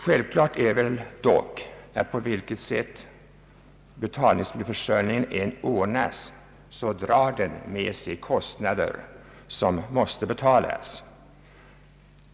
Självklart är väl dock att på vilket sätt betalningsmedelsförsörjningen än ordnas, drar den med sig kostnader som måste betalas.